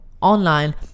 online